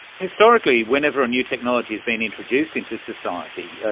historically, whenever a new technology has been introduced into society,